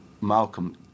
Malcolm